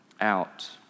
out